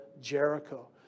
Jericho